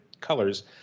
colors